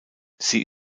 sie